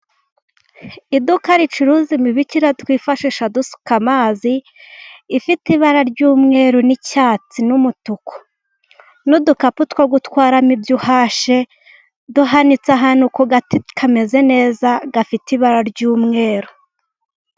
Iduka ricuruza imibirikira twifashisha dusuka amazi ifite ibara ry'umweru n'icyatsi n'umutuku n'udukapu two gutwaramo ibyo uhashye, duhanitse ahantu ku gati kameze neza gafite ibara ry'umweru.